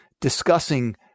discussing